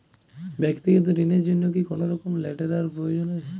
ব্যাক্তিগত ঋণ র জন্য কি কোনরকম লেটেরাল প্রয়োজন আছে?